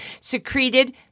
secreted